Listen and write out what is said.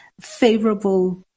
favorable